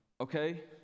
Okay